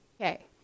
okay